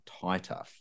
tighter